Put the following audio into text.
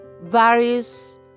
various